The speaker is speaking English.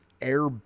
air